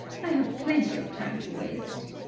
i have plenty of time to waste!